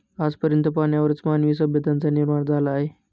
आज पर्यंत पाण्यावरच मानवी सभ्यतांचा निर्माण झाला आहे